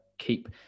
Keep